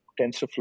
TensorFlow